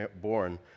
born